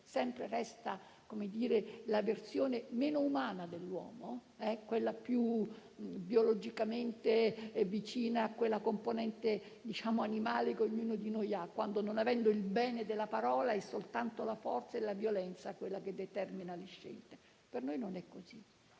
motivo, resta sempre la versione meno umana dell'uomo, quella biologicamente più vicina alla componente animale che ognuno di noi ha, quando, non avendo il bene della parola, soltanto la forza e la violenza determinano le scelte. Per noi non è così,